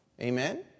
Amen